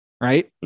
Right